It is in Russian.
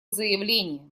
заявление